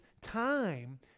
time